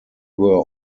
were